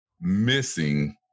missing